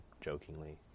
jokingly